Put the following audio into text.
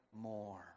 more